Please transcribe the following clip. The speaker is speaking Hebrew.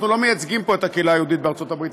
אנחנו לא מייצגים פה את הקהילה היהודית בארצות הברית,